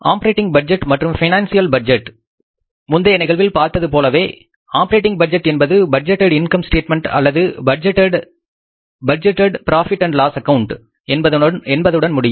operating budget மற்றும் financial budget முந்தைய நிகழ்வில் பார்த்தது போலவே ஆப்பரேட்டிங் பட்ஜெட் என்பது பட்ஜெட்டெட் இன்கம் ஸ்டேட்மெண்ட் அல்லது budgeted profit and loss account என்பதுடன் முடியும்